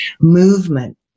movement